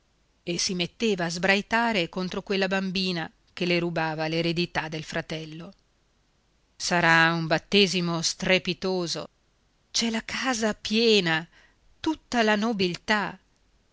e si metteva a sbraitare contro quella bambina che le rubava l'eredità del fratello sarà un battesimo strepitoso c'è la casa piena tutta la nobiltà